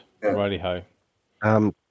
Righty-ho